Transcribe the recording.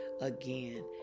again